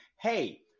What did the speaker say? Hey